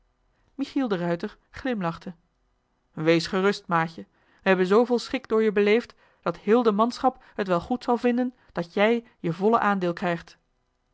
h been paddeltje de scheepsjongen van michiel de ruijter door je beleefd dat heel de manschap t wel goed zal vinden dat jij je volle aandeel krijgt